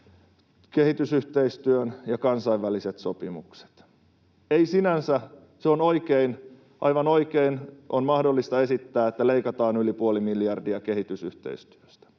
kehitysyhteistyön ja kansainväliset sopimukset. Ei sinänsä, aivan oikein on mahdollista esittää, että leikataan yli puoli miljardia kehitysyhteistyöstä,